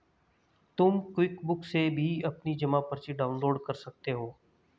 तुम क्विकबुक से भी अपनी जमा पर्ची डाउनलोड कर सकती हो